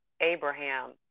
Abraham